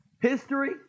history